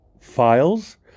files